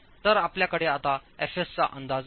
तर आपल्याकडे आताfs चाअंदाज आहे